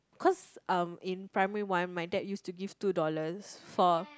cause um in primary one my dad used to give two dollars for